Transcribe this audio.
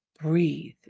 breathe